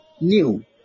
new